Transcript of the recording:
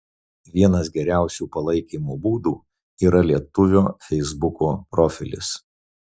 vienas geriausių palaikymo būdų yra lietuvio feisbuko profilis